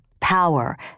power